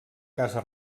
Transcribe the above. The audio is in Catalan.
casa